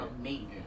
amazing